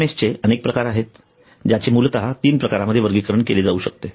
पीएमएसचे अनेक प्रकार आहेत आणि ज्यांचे मुलतः 3 प्रकारांमध्ये वर्गीकरण केले जाऊ शकते